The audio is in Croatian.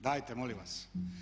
Dajte, molim vas!